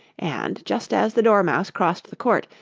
and, just as the dormouse crossed the court,